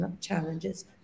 challenges